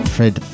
Fred